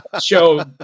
show